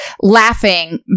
laughing